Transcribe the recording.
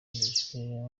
barishwe